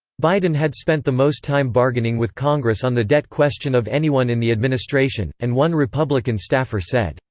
biden had spent the most time bargaining with congress on the debt question of anyone in the administration and one republican staffer said,